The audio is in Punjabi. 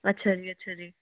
ਅੱਛਾ ਜੀ ਅੱਛਾ ਜੀ